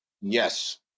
Yes